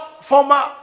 former